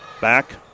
Back